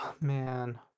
Man